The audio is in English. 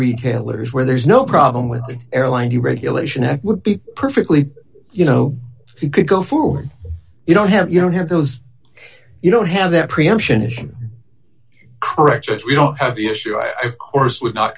retailers where there's no problem with the airline deregulation act would be perfectly you know he could go forward you don't have you don't have those you don't have that preemption issue correct as we don't have the issue i've course would not